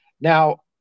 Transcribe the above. Now